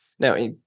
Now